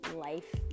life